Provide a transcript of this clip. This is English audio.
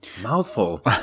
Mouthful